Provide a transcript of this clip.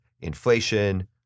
inflation